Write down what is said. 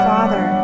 Father